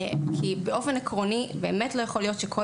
כי באופן עקרוני לא יכול להיות שכל